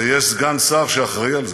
ויש סגן שר שאחראי לזה.